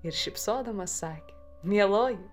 ir šypsodamas sakė mieloji